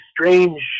strange